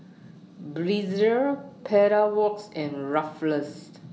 Breezer Pedal Works and Ruffles